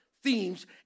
themes